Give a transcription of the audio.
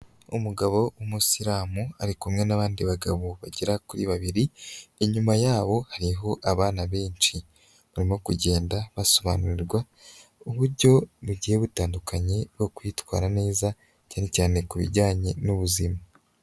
Umugabo w'umusiramu, ari kumwe n'abandi bagabo bagera kuri babiri, inyuma yabo hariho abana benshi, barimo kugenda basobanurirwa uburyo bugiye butandukanye bwo kwitwara neza, cyane cyane kubijyanye n'ubuzima.